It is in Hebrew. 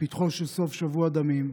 בפתחו של סוף שבוע הדמים,